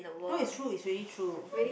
no it's true it's really true